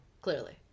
clearly